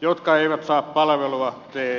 jotka eivät saa palvelua te keskuksista